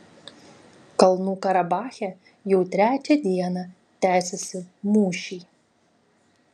kalnų karabache jau trečią dieną tęsiasi mūšiai